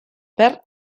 pearl